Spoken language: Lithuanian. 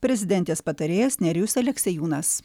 prezidentės patarėjas nerijus aleksiejūnas